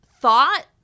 thought